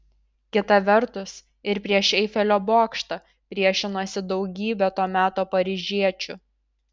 kita vertus ir prieš eifelio bokštą priešinosi daugybė to meto paryžiečių